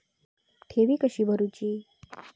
ठेवी कशी भरूची?